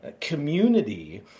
community